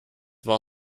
war